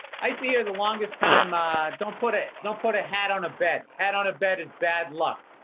i see are the longest time ah don't put it. don't put a hat on a bed, head and on a bed is bad luck.